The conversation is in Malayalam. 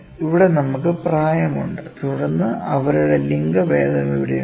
ഇവിടെ നമുക്ക് പ്രായമുണ്ട് തുടർന്ന് അവരുടെ ലിംഗഭേദം ഇവിടെയുണ്ട്